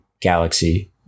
galaxy